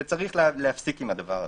ויש להפסיק עם זה.